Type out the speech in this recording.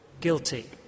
guilty